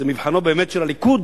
זה באמת מבחנו של הליכוד,